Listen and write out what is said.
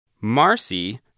Marcy